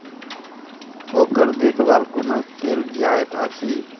ओकर देखभाल कुना केल जायत अछि?